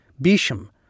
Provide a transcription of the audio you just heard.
Bisham